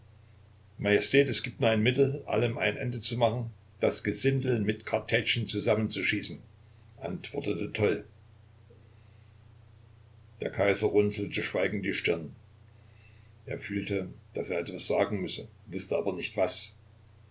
majestät es gibt nur ein mittel allem ein ende zu machen das gesindel mit kartätschen zusammenzuschießen antwortete toll der kaiser runzelte schweigend die stirn er fühlte daß er etwas sagen müsse wußte aber nicht was